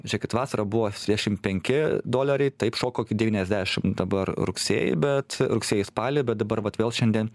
žiūrėkit vasarą buvo septyniasdešimt penki doleriai taip šoko iki devyniasdešimt dabar rugsėjį bet rugsėjį spalį bet dabar vat vėl šiandien